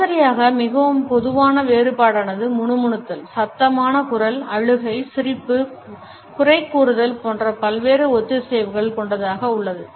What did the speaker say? சராசரியாக மிகவும் பொதுவான வேறுபாடனது முணுமுணுத்தல் சத்தமான குரல் அழுகை சிரிப்புகுறைகூறுதல் போன்ற பல்வேறு ஒத்திசைவுகள் கொண்டதாக உள்ளது